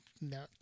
No